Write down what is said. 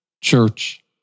church